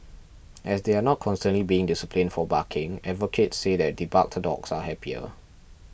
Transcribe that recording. as they are not constantly being disciplined for barking advocates say that the barked dogs are happier